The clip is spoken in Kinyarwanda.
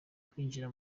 kwinjira